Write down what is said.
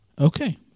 okay